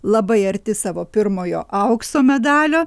labai arti savo pirmojo aukso medalio